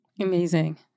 Amazing